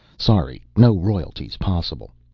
sorry no royalty's possible.